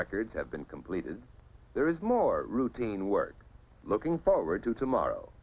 records have been completed there is more routine work looking forward to tomorrow